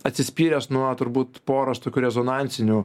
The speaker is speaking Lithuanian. atsispyręs nuo turbūt poros tokių rezonansinių